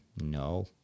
No